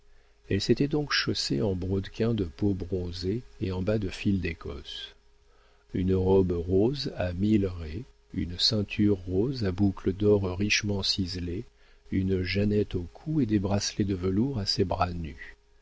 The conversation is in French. elle s'était donc chaussée en brodequins de peau bronzée et en bas de fil d'écosse une robe rose à mille raies une ceinture rose à boucle d'or richement ciselée une jeannette au cou et des bracelets de velours à ses bras nus